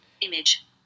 image